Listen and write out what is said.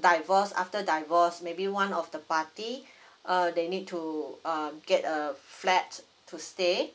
divorce after divorce maybe one of the party uh they need to um get a flat to stay